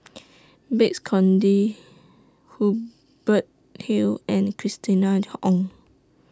Babes Conde Hubert Hill and Christina Ong